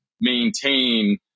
maintain